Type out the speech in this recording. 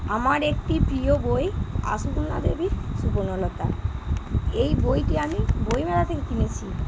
আমার একটি প্রিয় বই আশাপূর্ণা দেবীর সুবর্ণলতা এই বইটি আমি বইমেলা থেকে কিনেছি